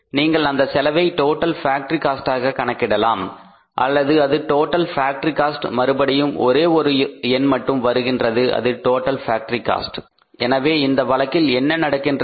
நீங்கள் அந்த செலவை டோட்டல் ஃபேக்டரி காஸ்ட்டாக கணக்கிடலாம் அல்லது இது டோட்டல் ஃபேக்டரி காஸ்ட் மறுபடியும் ஒரே ஒரு எண் மட்டும் வருகின்றது அது டோட்டல் ஃபேக்டரி காஸ்ட் எனவே இந்த வழக்கில் என்ன நடக்கின்றது